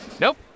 Nope